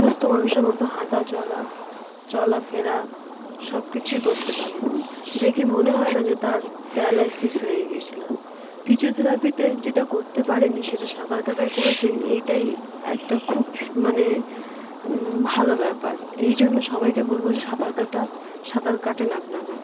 সুস্থ মানুষের মতো হাঁটা চলা চলা ফেরা সব কিছুই করতে পারে দেখে মনে হয় না যে তার প্যারালাইসিস হয়ে গিয়েছিলো ফিজিওথেরাপিতে যেটা করতে পারেনি সেটা সাঁতার কাটাই করেছে এইটাই একটা খুব মানে ভালো ব্যাপার এই জন্য সবাইকে বলবো যে সাঁতার কাটা সাঁতার কাটেন আপনারা